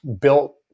built